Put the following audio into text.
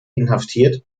inhaftiert